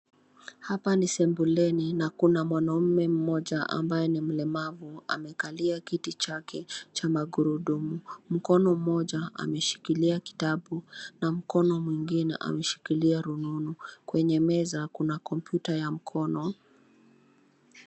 Hapa ni sebuleni na kuna mwanaume mmoja ambaye ni mlemavu, amekalia kiti chake cha magurudumu. Mkono mmoja amekishikilia kitabu na mkono mwingine ameshikilia rununu. Kwenye meza kuna kompyuta ya mkono.